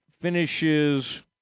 finishes –